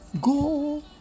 Go